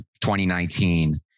2019